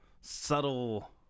subtle